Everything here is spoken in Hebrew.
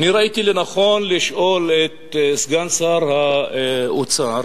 אני ראיתי לנכון לשאול את סגן שר האוצר